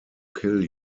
kill